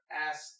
ask